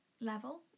level